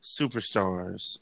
superstars